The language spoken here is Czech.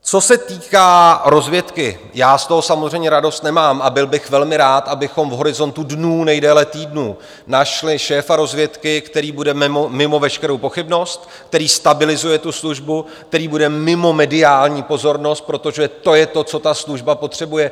Co se týká rozvědky, já z toho samozřejmě radost nemám a byl bych velmi rád, abychom v horizontu dnů, nejdéle týdnů našli šéfa rozvědky, který bude mimo veškerou pochybnost, který stabilizuje tu službu, který bude mimo mediální pozornost, protože to je to, co ta služba potřebuje.